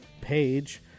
page